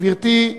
גברתי,